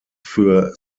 für